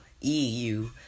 EU